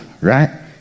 right